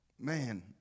Man